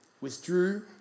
withdrew